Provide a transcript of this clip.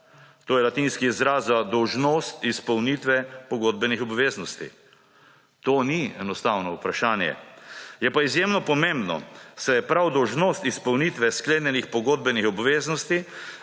To je latinski izraz za dolžnost izpolnitve pogodbenih obveznosti. To ni enostavno vprašanje, je pa izjemno pomembno, saj je prav dolžnost izpolnitve sklenjenih pogodbenih obveznosti